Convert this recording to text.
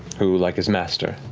who, like his master,